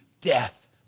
Death